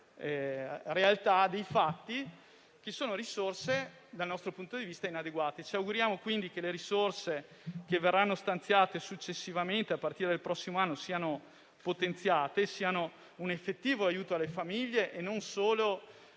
realtà dei fatti. Ci sono pertanto risorse che dal nostro punto di vista sono inadeguate. Ci auguriamo quindi che le risorse che verranno stanziate successivamente, a partire dal prossimo anno, siano potenziate e rappresentino un effettivo aiuto alle famiglie e non solo